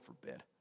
forbid